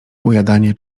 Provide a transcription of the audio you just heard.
ujadanie